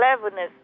cleverness